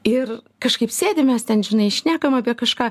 ir kažkaip sėdim mes ten žinai šnekam apie kažką